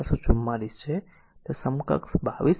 444 છે અને ત્યાં સમકક્ષ 22